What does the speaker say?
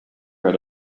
read